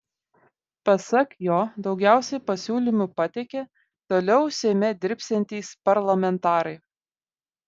pasak jo daugiausiai pasiūlymų pateikė toliau seime dirbsiantys parlamentarai